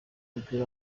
w’umupira